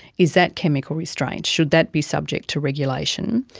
is that chemical restraint, should that be subject to regulation?